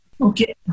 okay